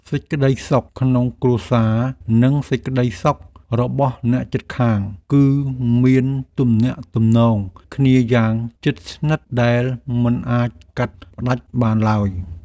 សេចក្តីសុខក្នុងគ្រួសារនិងសេចក្តីសុខរបស់អ្នកជិតខាង គឺមានទំនាក់ទំនងគ្នាយ៉ាងជិតស្និទ្ធដែលមិនអាចកាត់ផ្តាច់បានឡើយ។